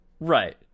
right